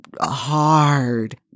hard